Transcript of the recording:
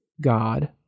God